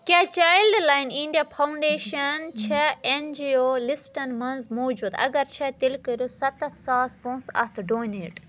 کیٛاہ Childline India Foundation چھےٚ N G O لسٹن منٛز موٗجوٗد، اگر چھےٚ تیٚلہِ کٔرِو سَتتھ ساس پونٛسہٕ اَتھ ڈونیٹ